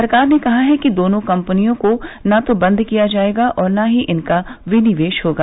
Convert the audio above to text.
सरकार ने कहा है कि दोनों कंपनियों को न तो बंद किया जाएगा और न ही इनका विनिवेश होगा